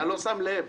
אתה לא שם לב,